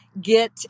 get